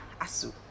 asu